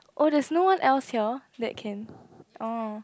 oh there's no one else here that can orh